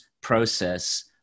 process